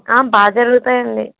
బా జరుగుతాయండి